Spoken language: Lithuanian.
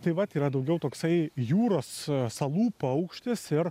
tai vat yra daugiau toksai jūros salų paukštis ir